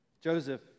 Joseph